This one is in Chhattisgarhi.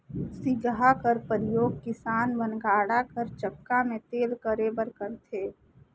सिगहा कर परियोग किसान मन गाड़ा कर चक्का मे तेल करे बर करथे